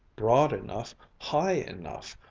broad enough, high enough,